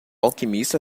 alquimista